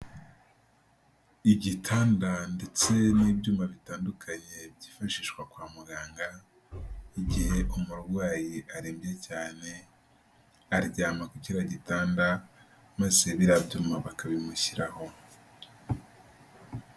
Igitanda ndetse n'ibyuma bitandukanye byifashishwa kwa muganga igihe umurwayi arembye cyane aryama kuri kiriya gitanda maze biriya byuma bakabimushyiraho.